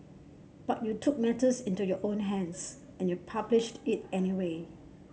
but you took matters into your own hands and you published it anyway